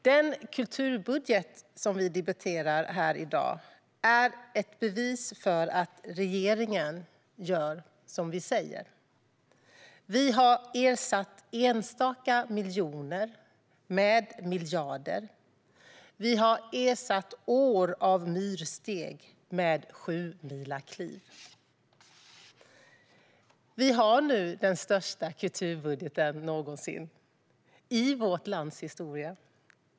Den kulturbudget som vi debatterar här i dag är ett bevis för att vi i regeringen gör som vi säger. Vi har ersatt enstaka miljoner med miljarder. Vi har ersatt år av myrsteg med sjumilakliv. Vi har nu den största kulturbudgeten någonsin i vårt lands historia.